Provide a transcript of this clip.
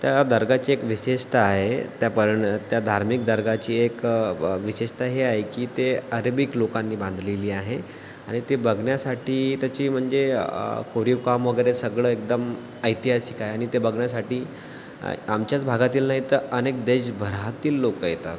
त्या दर्ग्याची एक विशेषता आहे त्या पर्यना धार्मिक दर्ग्याची एक विशेषता हे आहे की ते अरेबिक लोकांनी बांधलेली आहे आणि ते बघण्यासाठी त्याची म्हणजे कोरीव काम वगैरे सगळं एकदम ऐतिहासिक आहे आणि ते बघण्यासाठी आमच्याच भागातील नाही तर अनेक देशभरातील लोक येतात